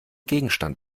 gegenstand